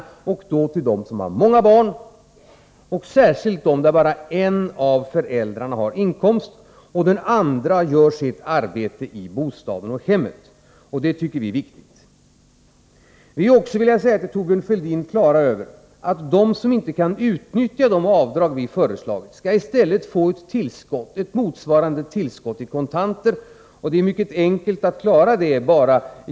Då avser vi främst de familjer som har många barn, och särskilt de där bara en av föräldrarna har inkomst och den andra gör sitt arbete i bostaden och hemmet. Det tycker vi är viktigt. Jag vill också säga till Thorbjörn Fälldin att vi är på det klara med att de som inte kan utnyttja de avdrag vi föreslagit i stället skall få ett motsvarande tillskott i kontanter. Det är mycket enkelt att klara detta administrativt.